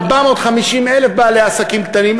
450,000 בעלי עסקים קטנים,